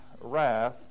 wrath